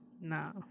No